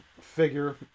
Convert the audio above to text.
figure